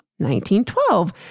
1912